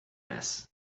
this